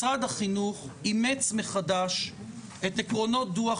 משרד החינוך אימץ מחדש את עקרונות דוח